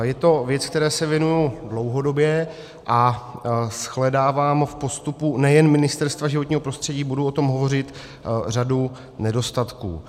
Je to věc, které se věnuji dlouhodobě, a shledávám v postupu nejen Ministerstva životního prostředí budu o tom hovořit řadu nedostatků.